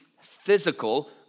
physical